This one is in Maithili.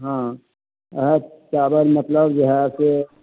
हँ आओर चाबल मतलब जे है से